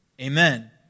Amen